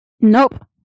Nope